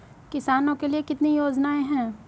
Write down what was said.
किसानों के लिए कितनी योजनाएं हैं?